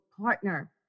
partner